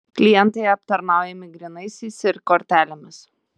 klientai aptarnaujami grynaisiais ir kortelėmis